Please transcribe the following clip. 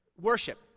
Worship